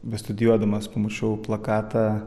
bestudijuodamas pamačiau plakatą